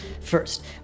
First